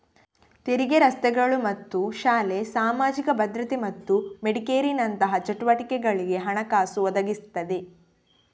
ತೆರಿಗೆ ರಸ್ತೆಗಳು ಮತ್ತು ಶಾಲೆ, ಸಾಮಾಜಿಕ ಭದ್ರತೆ ಮತ್ತು ಮೆಡಿಕೇರಿನಂತಹ ಚಟುವಟಿಕೆಗಳಿಗೆ ಹಣಕಾಸು ಒದಗಿಸ್ತದೆ